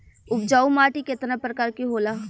उपजाऊ माटी केतना प्रकार के होला?